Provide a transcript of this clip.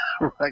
Right